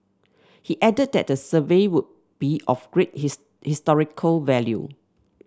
he added that the survey would be of great historical value